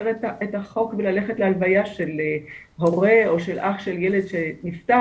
את החוק וללכת להלוויה של הורה או של אח של ילד שנפטר,